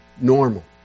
normal